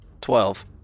Twelve